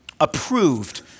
approved